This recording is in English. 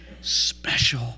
special